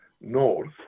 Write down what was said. north